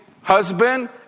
husband